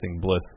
Bliss